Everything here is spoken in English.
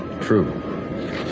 True